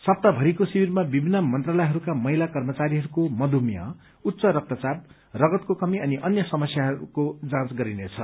सप्ताहभरिको शिविरमा विभिन्न मन्त्रालयहरूका महिला कर्मचारीहरूको मध्रमेह उच्च रक्तचाप रगतको कमी अनि अन्य समस्याहरूको जाँच गरिनेछ